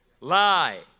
Lie